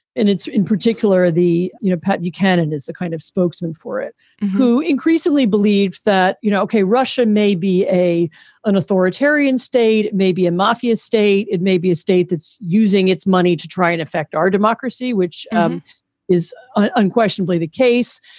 and in particular, the you know pat buchanan is the kind of spokesman for it who increasingly believes that, you know ok, russia may be a an authoritarian state, maybe a mafia state. it may be a state that's using its money to try and affect our democracy, which um is unquestionably the case.